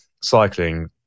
cycling